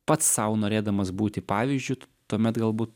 pats sau norėdamas būti pavyzdžiu tuomet galbūt